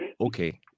okay